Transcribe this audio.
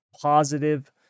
positive